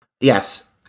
Yes